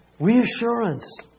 reassurance